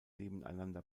nebeneinander